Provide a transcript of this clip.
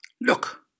Look